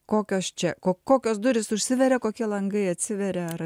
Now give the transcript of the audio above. kokios čia kokios durys užsiveria kokie langai atsiveria ar